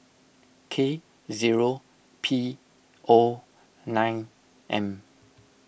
K zero P O nine M